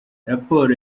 raporo